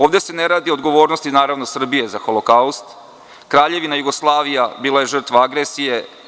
Ovde se ne radi o odgovornosti Srbije za Holokaust, Kraljevina Jugoslavija je bila žrtva agresije.